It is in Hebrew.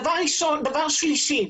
דבר שלישי,